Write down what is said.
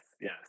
yes